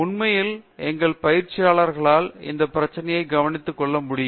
உண்மையில் எங்கள் பயிற்சியாளர்களால் இந்த பிரச்சினையை கவனித்து கொள்ள முடியும்